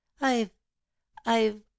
I've—I've